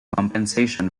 compensation